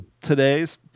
today's